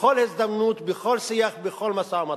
בכל הזדמנות, בכל שיח, בכל משא-ומתן.